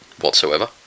Whatsoever